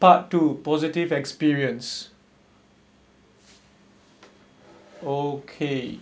part two positive experience okay